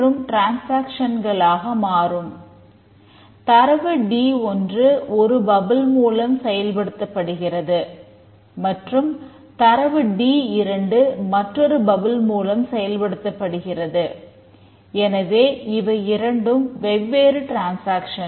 transaction சிஸ்டத்தில்